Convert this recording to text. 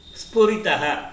spuritaha